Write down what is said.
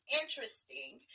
interesting